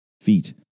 Feet